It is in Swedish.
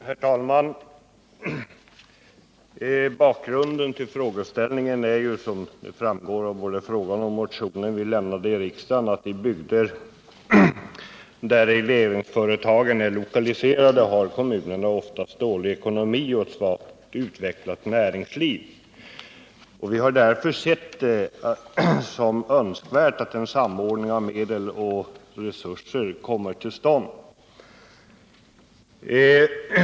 Herr talman! Bakgrunden till frågeställningen är, som framgår av både frågan och den motion vi väckt här i riksdagen, att i de bygder där regleringsföretagen är lokaliserade har kommunerna oftast dålig ekonomi och svagt utvecklat näringsliv. Vi har därför sett det som önskvärt att en samordning av medel och resurser kommer till stånd.